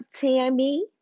Tammy